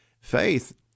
Faith